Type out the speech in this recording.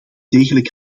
degelijk